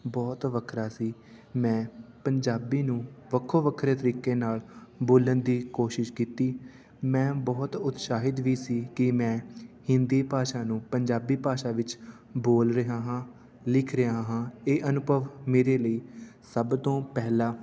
ਬਹੁਤ ਵੱਖਰਾ ਸੀ ਮੈਂ ਪੰਜਾਬੀ ਨੂੰ ਵੱਖੋ ਵੱਖਰੇ ਤਰੀਕੇ ਨਾਲ ਬੋਲਣ ਦੀ ਕੋਸ਼ਿਸ਼ ਕੀਤੀ ਮੈਂ ਬਹੁਤ ਉਤਸ਼ਾਹਿਤ ਵੀ ਸੀ ਕਿ ਮੈਂ ਹਿੰਦੀ ਭਾਸ਼ਾ ਨੂੰ ਪੰਜਾਬੀ ਭਾਸ਼ਾ ਵਿੱਚ ਬੋਲ ਰਿਹਾ ਹਾਂ ਲਿਖ ਰਿਹਾ ਹਾਂ ਇਹ ਅਨੁਭਵ ਮੇਰੇ ਲਈ ਸਭ ਤੋਂ ਪਹਿਲਾ